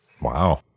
Wow